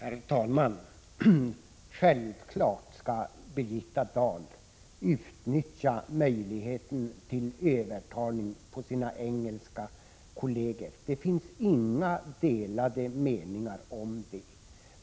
Herr talman! Självfallet skall Birgitta Dahl utnyttja möjligheten till övertalning av sina engelska kolleger. Det finns inga delade meningar om det.